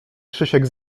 krzysiek